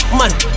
money